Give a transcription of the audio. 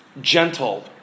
Gentle